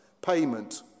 Payment